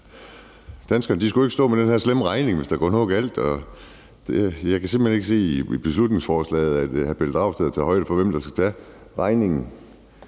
danskerne ikke skal stå med den her slemme regning, hvis der går noget galt, og jeg kan simpelt hen ikke se i beslutningsforslaget, at hr. Pelle Dragsted tager højde for, hvem der skal tage regningen,